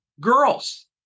Girls